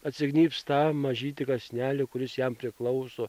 atsignybs tą mažytį kąsnelį kuris jam priklauso